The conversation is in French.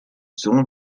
serons